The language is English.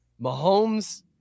Mahomes